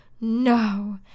No